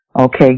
Okay